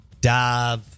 dive